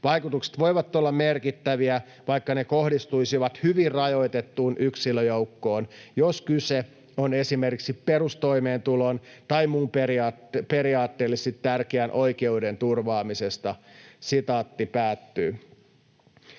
Vaikutukset voivat olla merkittäviä, vaikka ne kohdistuisivat hyvin rajoitettuun yksilöjoukkoon, jos kyse on esimerkiksi perustoimeentulon tai muun periaatteellisesti tärkeän oikeuden turvaamisesta.” Arvoisa